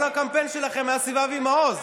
כל הקמפיין שלכם היה סביב אבי מעוז.